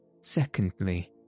Secondly